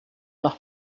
nach